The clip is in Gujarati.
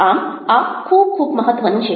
આમ આ ખૂબ ખૂબ મહત્ત્વનું છે